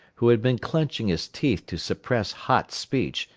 who had been clenching his teeth to suppress hot speech,